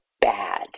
bad